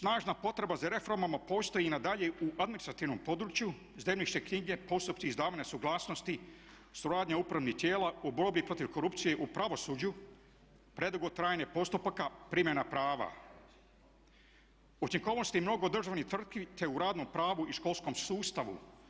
I dalje, snažna potreba za reformama postoji i nadalje i u administrativnom području, zemljišne knjige, postupci izdavanja suglasnosti, suradnja upravnih tijela u borbi protiv korupcije u pravosuđu, predugo trajanje postupaka, primjena prava … mnogo državnih tvrtki te u radnom pravu i školskom sustavu.